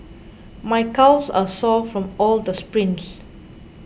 my calves are sore from all the sprints